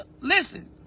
listen